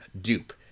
Dupe